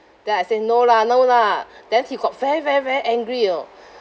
then I say no lah no lah then he got very very very angry you know